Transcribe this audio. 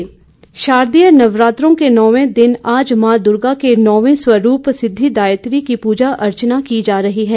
नवरात्र शारदीय नवरात्रों के नौवें दिन आज मां दुर्गा के नौवें स्वरूप सिद्धिदात्री की पूजा अर्चना की जा रही है